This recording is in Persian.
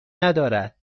ندارد